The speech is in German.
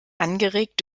angeregt